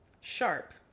sharp